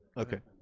okay,